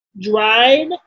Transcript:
dried